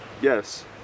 Yes